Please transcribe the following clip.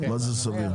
מה זה סביר?